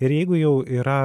ir jeigu jau yra